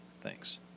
Thanks